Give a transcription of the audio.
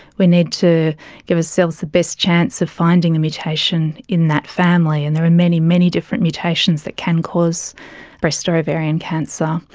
we need to give ourselves the best chance of finding a mutation in that family and there are many, many different mutations that can cause breast or ovarian cancer.